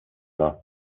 law